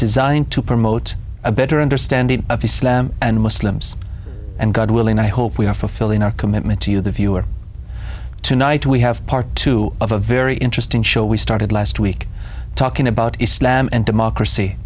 designed to promote a better understanding of islam and muslims and god willing i hope we are fulfilling our commitment to you the viewer tonight we have part two of a very interesting show we started last week talking about islam and democracy